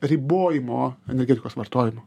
ribojimo energetikos vartojimo